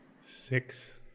six